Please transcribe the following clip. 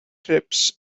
trips